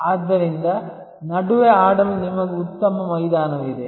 ಆದ್ದರಿಂದ ನಡುವೆ ಆಡಲು ನಿಮಗೆ ಉತ್ತಮ ಮೈದಾನವಿದೆ